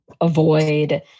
avoid